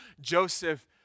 Joseph